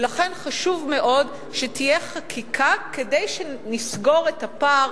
ולכן חשוב מאוד שתהיה חקיקה כדי שנסגור את הפער